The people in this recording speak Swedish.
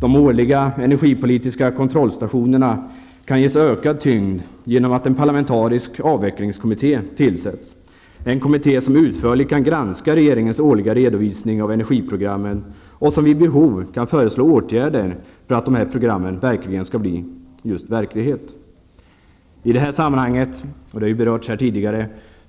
De årliga energipolitiska kontrollstationerna kan ges ökad tyngd genom att en parlamentarisk avvecklingskommitté tillsätts. En sådan kommitté kan utförligt granska regeringens årliga redovisning av energiprogrammen och vid behov föreslå åtgärder för att dessa program skall bli verklighet. I detta sammanhang tycker jag att